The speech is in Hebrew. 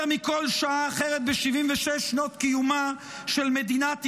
יותר מבכל שנה אחרת ב-76 שנות קיומה של מדינת ישראל,